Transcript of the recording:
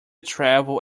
travel